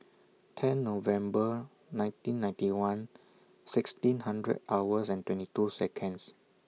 ten November nineteen ninety one sixteen hundred hours and twenty two Seconds